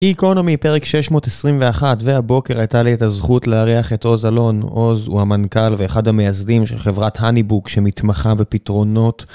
איקונומי, פרק 621. והבוקר הייתה לי את הזכות להריח את עוז אלון. עוז הוא המנכ״ל ואחד המייסדים של חברת הניבוק, שמתמחה בפתרונות.